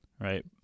right